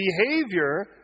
behavior